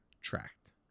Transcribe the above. Tract